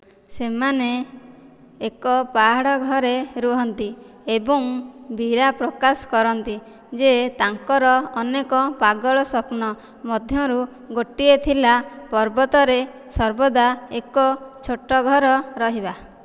ସେମାନେ ଏକ ପାହାଡ଼ ଘରେ ରୁହନ୍ତି ଏବଂ ବୀରା ପ୍ରକାଶ କରନ୍ତି ଯେ ତାଙ୍କର ଅନେକ ପାଗଳ ସ୍ୱପ୍ନ ମଧ୍ୟରୁ ଗୋଟିଏ ଥିଲା ପର୍ବତରେ ସର୍ବଦା ଏକ ଛୋଟ ଘର ରହିବା